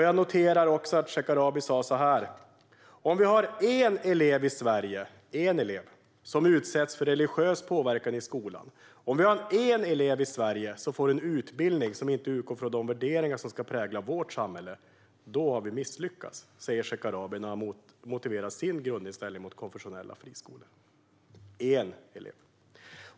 Jag noterar också att Shekarabi, när han motiverar sin grundinställning mot konfessionella friskolor, säger så här: "Om vi har en elev i Sverige som utsätts för religiös påverkan i skolan, om vi har en elev i Sverige som får en utbildning som inte utgår från de värderingar som ska prägla vårt samhälle - då har vi misslyckats".